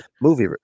movie